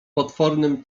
potwornym